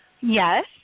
Yes